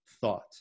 thought